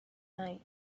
night